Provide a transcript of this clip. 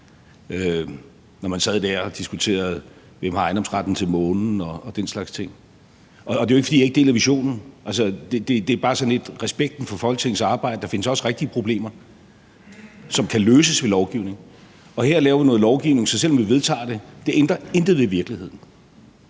når man sad der og diskuterede, hvem der har ejendomsretten til månen og den slags ting. Det er jo ikke, fordi jeg ikke deler visionen, det er bare sådan lidt i forhold til respekten for Folketingets arbejde – der findes også rigtige problemer, som kan løses ved lovgivning. Her laver vi noget lovgivning, og selv om vi vedtager det, ændrer det intet ved virkeligheden.